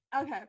Okay